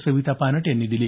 सविता पानट यांनी दिली